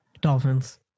Dolphins